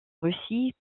russie